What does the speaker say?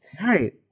right